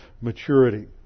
maturity